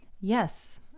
yes